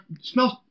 smells